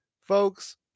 folks